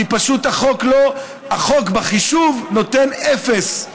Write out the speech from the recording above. כי פשוט החוק בחישוב נותן אפס,